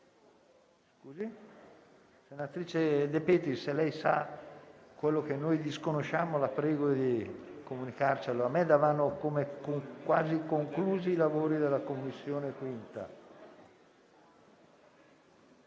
Senatrice De Petris, se lei sa quello che noi non sappiamo, la prego di comunicarcelo. A me davano come quasi conclusi i lavori della Commissione.